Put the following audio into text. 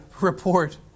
report